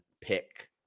pick